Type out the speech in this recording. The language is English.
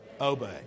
obey